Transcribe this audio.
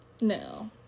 No